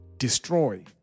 destroy